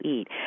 eat